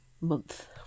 month